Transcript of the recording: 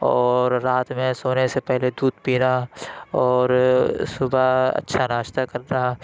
اور رات میں سونے سے پہلے دودھ پینا اور صُبح اچھا ناشتہ کرنا